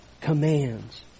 Commands